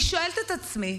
אני שואלת את עצמי,